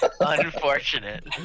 Unfortunate